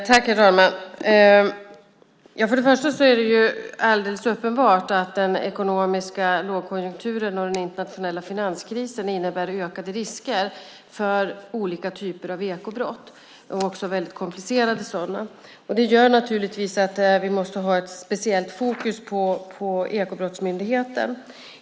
Herr talman! För det första är det alldeles uppenbart att den ekonomiska lågkonjunkturen och den internationella finanskrisen innebär ökade risker för olika typer av ekobrott, också väldigt komplicerade sådana. Det gör att vi måste ha speciellt fokus på Ekobrottsmyndigheten.